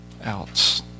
else